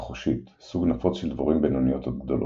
מחושית – סוג נפוץ של דבורים בינוניות עד גדולות.